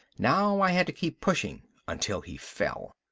now i had to keep pushing until he fell.